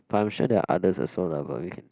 I'm sure there are others also lah but we can